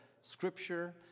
Scripture